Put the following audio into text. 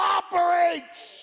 operates